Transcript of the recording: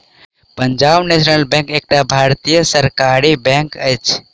Punjab National Bank एकटा भारतीय सरकारी बैंक अछि